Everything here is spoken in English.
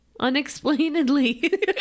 unexplainedly